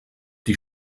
die